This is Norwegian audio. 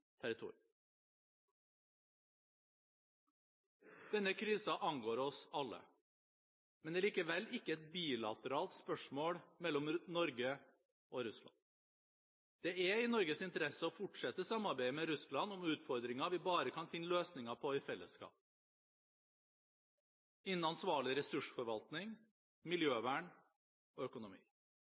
angår oss alle, men er likevel ikke et bilateralt spørsmål mellom Norge og Russland. Det er i Norges interesse å fortsette samarbeidet med Russland om utfordringer vi bare kan finne løsninger på i fellesskap, innen ansvarlig ressursforvaltning, miljøvern og økonomi.